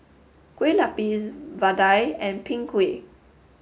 Kueh Lapis Vadai and Png Kueh